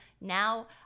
now